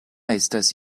estas